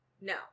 No